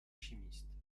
chimiste